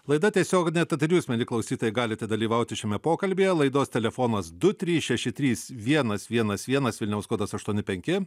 laida tiesioginė tad ir jūs mieli klausytojai galite dalyvauti šiame pokalbyje laidos telefonas du trys šeši trys vienas vienas vienas vilniaus kodas aštuon penki